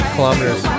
Kilometers